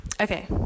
okay